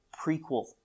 prequel